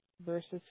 versus